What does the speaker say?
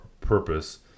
purpose